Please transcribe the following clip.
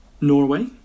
Norway